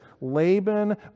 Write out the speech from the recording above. Laban